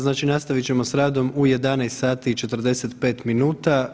Znači nastavit ćemo s radom u 11 sati i 45 minuta.